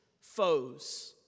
foes